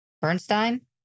Bernstein